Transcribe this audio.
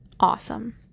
Awesome